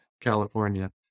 California